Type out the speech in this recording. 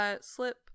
slip